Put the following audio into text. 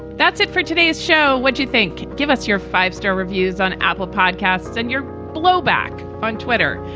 that's it for today's show. what do you think? give us your five star reviews on apple podcasts and your blowback on twitter.